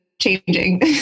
changing